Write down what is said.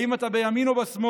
האם אתה בימין או בשמאל?